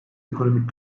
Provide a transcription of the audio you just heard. ekonomik